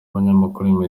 abanyamakuru